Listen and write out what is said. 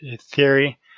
theory